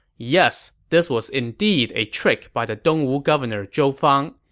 yes this was indeed a trick by the dongwu governor zhou fang.